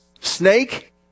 snake